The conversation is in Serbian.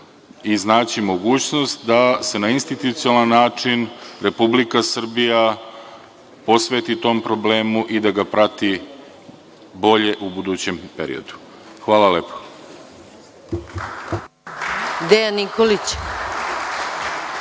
iznaći mogućnost da se na institucionalan način Republika Srbija posveti tom problemu i da ga prati bolje u budućem periodu. Hvala.